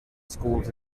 schools